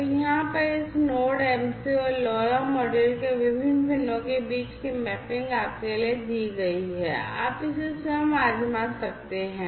तो यहाँ पर इस नोड MCU और LoRa मॉड्यूल के विभिन्न पिनों के बीच की मैपिंग आपके लिए दी गई है आप इसे स्वयं आज़मा सकते हैं